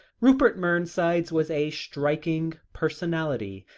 rupert mernside's was a striking personality,